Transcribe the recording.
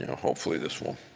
hopefully this will